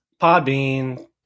Podbean